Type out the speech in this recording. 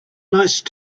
nice